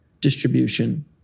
distribution